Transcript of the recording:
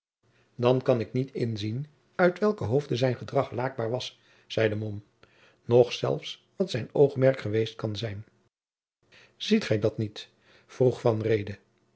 dan kan ik niet inzien uit welken hoofde zijn gedrag laakbaar was zeide mom noch zelfs wat zijn oogmerk geweest kan zijn ziet gij dat niet vroeg